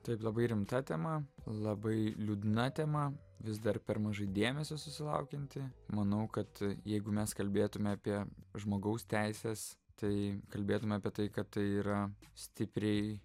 taip labai rimta tema labai liūdna tema vis dar per mažai dėmesio susilaukianti manau kad jeigu mes kalbėtume apie žmogaus teises tai kalbėtume apie tai kad tai yra stipriai